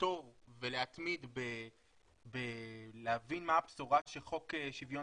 לחתור ולהתמיד בלהבין מה הבשורה שחוק שוויון